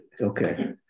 Okay